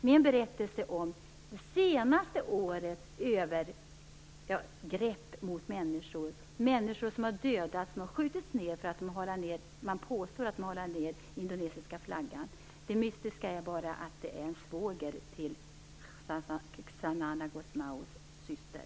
Min berättelse rör det senaste årets övergrepp mot människor, människor som har dödats, som har skjutits ned för att man påstår att de har halat den indonesiska flaggan. Det mystiska är bara att det är en svåger till Xanana Gusmãos syster.